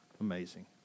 amazing